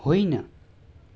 होइन